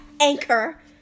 Anchor